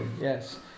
yes